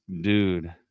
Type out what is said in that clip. dude